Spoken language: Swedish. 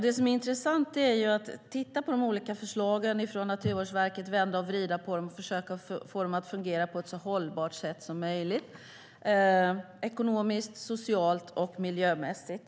Det som är intressant är att titta på de olika förslagen från Naturvårdsverket och att vända och vrida på dem och försöka få dem att fungera på ett så hållbart sätt som möjligt ekonomiskt, socialt och miljömässigt.